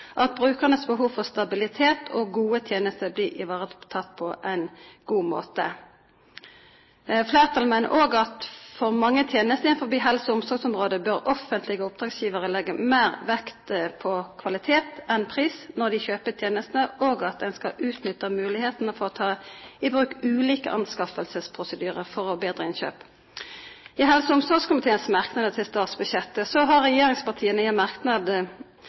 at brukernes behov for stabilitet og gode tjenester blir ivaretatt på en god måte. Flertallet mener også at når det gjelder mange tjenester innen helse- og omsorgsområdet, bør offentlige oppdragsgivere legge mer vekt på kvalitet enn på pris når de kjøper tjenestene, og at en skal utnytte mulighetene for å ta i bruk ulike anskaffelsesprosedyrer for å få bedre innkjøp. I helse- og omsorgskomiteens merknader til statsbudsjettet har regjeringspartiene